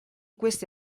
questi